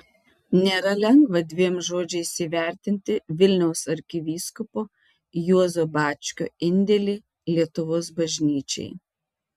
nėra lengva dviem žodžiais įvertinti vilniaus arkivyskupo juozo bačkio indėlį lietuvos bažnyčiai